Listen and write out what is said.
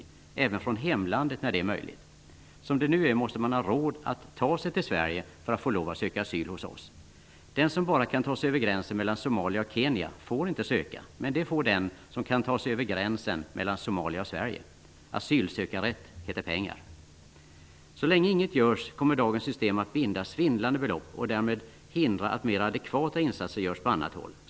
Även från hemlandet när det är möjligt. Som det nu är måste man ha råd att ta sig till Sverige för att få lov att söka asyl hos oss. Den som bara kan ta sig över gränsen mellan Somalia och Kenya får inte söka, men det får den som kan ta sig över ''gränsen'' mellan Somalia och Sverige. ''Så länge inget görs kommer dagens system att binda svindlande belopp och därmed hindra att mera adekvata insatser görs på annat håll.